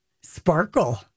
Sparkle